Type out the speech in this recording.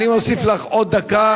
אני מוסיף לך עוד דקה.